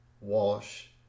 wash